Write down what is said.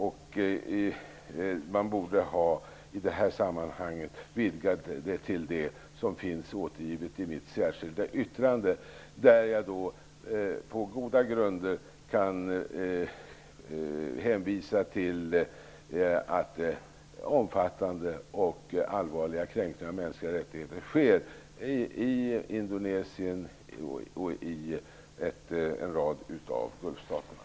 I detta sammanhang borde man ha vidgat det till det som finns återgivet i mitt särskilda yttrande, där jag på goda grunder kan hänvisa till att omfattande och allvarliga kränkningar av mänskliga rättigheter sker i Indonesien och i en rad av Gulfstaterna.